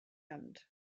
end